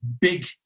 big